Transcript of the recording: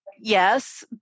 yes